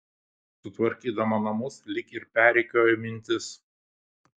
sutvarkydama namus lyg ir perrikiuoju mintis